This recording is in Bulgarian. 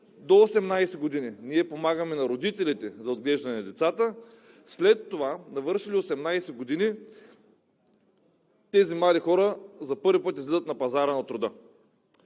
до 18 години ние помагаме на родителите за отглеждане на децата, е след това, навършили 18 години, тези млади хора за първи път излизат на пазара на труда.